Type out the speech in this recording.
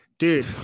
Dude